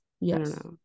yes